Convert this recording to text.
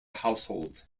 household